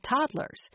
toddlers